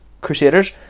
Crusaders